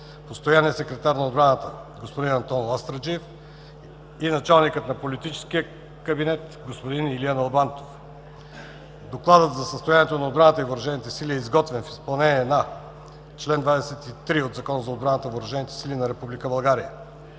постоянният секретар на отбраната господин Антон Ластарджиев и началникът на политическия кабинет господин Илия Налбантов. Докладът за състоянието на отбраната и въоръжените сили е изготвен в изпълнение на чл. 23 от Закона за отбраната и въоръжените сили на